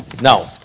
Now